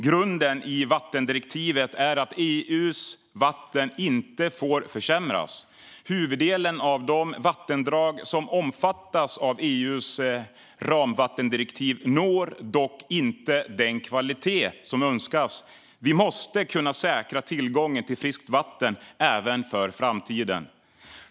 Grunden i vattendirektivet är att EU:s vatten inte får försämras. Huvuddelen av de vattendrag som omfattas av EU:s ramvattendirektiv når dock inte den kvalitet som önskas. Vi måste kunna säkra tillgången till friskt vatten även för framtiden.